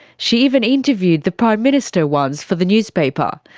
she even interviewed the prime minister once for the newspaper.